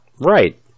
Right